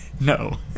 No